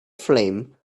flame